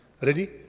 Ready